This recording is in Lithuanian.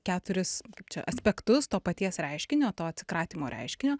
keturis kaip čia aspektus to paties reiškinio to atsikratymo reiškinio